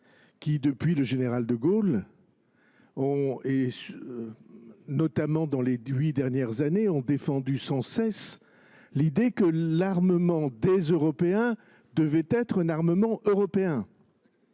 depuis le général de Gaulle jusque dans les huit dernières années, a défendu sans cesse l’idée que l’armement des Européens devait être un armement européen,…